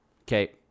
okay